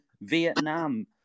vietnam